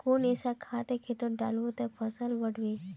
कुन ऐसा खाद खेतोत डालबो ते फसल बढ़बे?